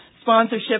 sponsorship